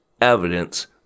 evidence